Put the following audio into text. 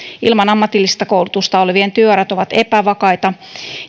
ilman ammatillista koulutusta olevien työurat ovat epävakaita